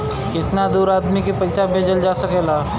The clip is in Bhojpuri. कितना दूर आदमी के पैसा भेजल जा सकला?